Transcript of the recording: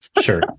Sure